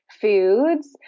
foods